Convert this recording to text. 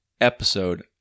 episode